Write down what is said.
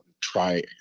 try